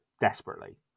desperately